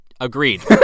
Agreed